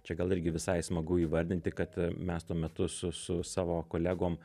čia gal irgi visai smagu įvardinti kad mes tuo metu su su savo kolegom